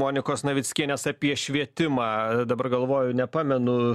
monikos navickienės apie švietimą dabar galvoju nepamenu